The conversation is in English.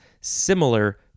similar